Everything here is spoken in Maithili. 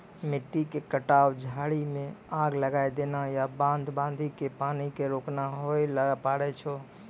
मिट्टी के कटाव, झाड़ी मॅ आग लगाय देना या बांध बांधी कॅ पानी क रोकना होय ल पारै छो